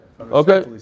Okay